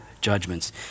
judgments